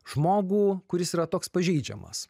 žmogų kuris yra toks pažeidžiamas